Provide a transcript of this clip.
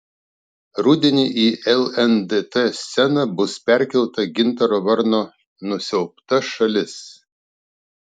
rudenį į lndt sceną bus perkelta gintaro varno nusiaubta šalis